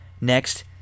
Next